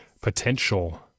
potential